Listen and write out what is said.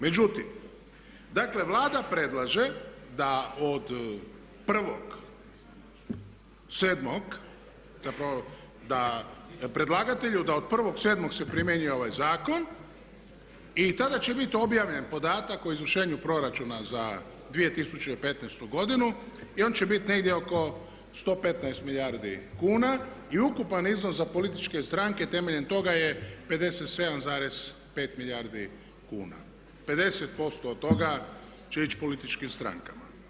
Međutim, dakle Vlada predlaže da od 1.7. da predlagatelju da od 1.7. se primjenjuju ovaj zakon i tada će biti objavljen podatak o izvršenju proračuna za 2015. godinu i on će biti negdje oko 115 milijardi kuna i ukupan iznos za političke stranke temelje toga je 57,5 milijardi kuna, 50% od toga će ići političkim strankama.